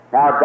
Now